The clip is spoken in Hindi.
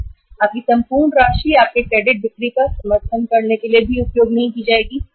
आप की संपूर्ण राशि आपके क्रेडिट बिक्री का समर्थन करने के लिए उपयोग नहीं कर सकती है